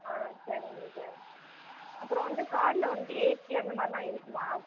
ஆ சரிங்க சார் அப்பறம் வந்து காரில் வந்து ஏசி அந்தமாதிரிலாம் இருக்குமா